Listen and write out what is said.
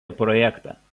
projektą